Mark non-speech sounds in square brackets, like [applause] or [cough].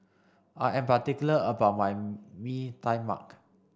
I am particular about my [unintelligible] Mee Tai Mak